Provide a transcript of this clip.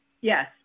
Yes